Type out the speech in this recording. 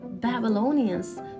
Babylonians